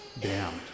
damned